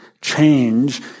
change